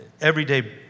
everyday